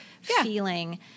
feeling